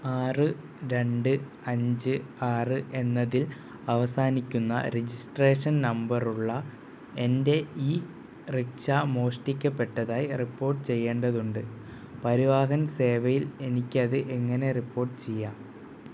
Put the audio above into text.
ആറ് രണ്ട് അഞ്ച് ആറ് എന്നതിൽ അവസാനിക്കുന്ന രജിസ്ട്രേഷൻ നമ്പറുള്ള എൻറ്റെ ഈറിക്ഷ മോഷ്ടിക്കപ്പെട്ടതായി റിപ്പോട്ട് ചെയ്യണ്ടതുണ്ട് പരിവാഹൻ സേവയിൽ എനിക്കത് എങ്ങനെ റിപ്പോട്ട് ചെയ്യാം